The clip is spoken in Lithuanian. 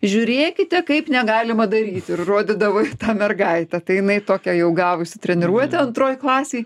žiūrėkite kaip negalima daryti ir rodydavo į tą mergaitę tai jinai tokią jau gavusi treniruotę antroj klasėj